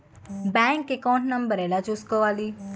Bank account number ఎలా తీసుకోవాలి?